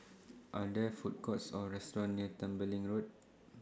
Are There Food Courts Or restaurants near Tembeling Road